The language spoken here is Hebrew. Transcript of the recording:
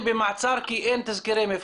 נמצאים במעצר כי אין תזכירי מבחן.